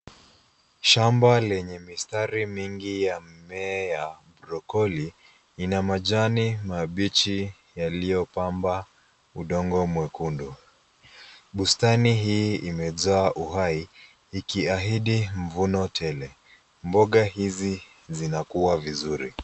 Shamba lenye mistari mingi ya mimea ya broccoli lina majani mabichi yaliyopamba udongo mwekundu. Bustani hii imejaa uhai ikiahidi mvuno tele. Mboga hizi zinakuwa vizuri.